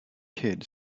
kid